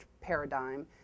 paradigm